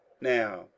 Now